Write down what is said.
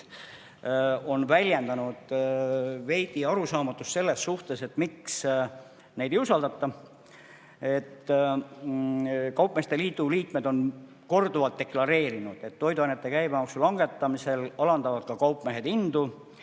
on väljendanud arusaamatust selles suhtes, miks neid ei usaldata. Kaupmeeste liidu liikmed on korduvalt deklareerinud, et toiduainete käibemaksu langetamisel alandavad ka kaupmehed hindu.